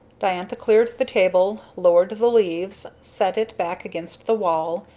diantha cleared the table, lowered the leaves, set it back against the wall,